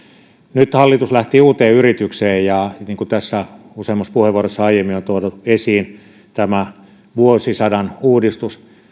nyt hallitus lähti uuteen yritykseen ja niin kuin tässä useammassa puheenvuorossa aiemmin on tuotu esiin tämä vuosisadan uudistus